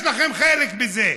יש לכם חלק בזה,